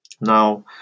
Now